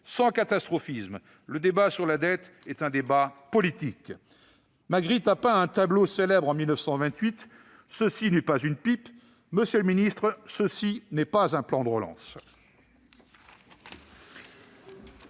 sans catastrophisme. Le débat sur la dette est un débat politique. Magritte a peint un tableau célèbre, en 1928, accompagné de la légende :«» Monsieur le ministre, ceci n'est pas un plan de relance